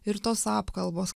ir tos apkalbos